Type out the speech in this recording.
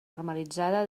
normalitzada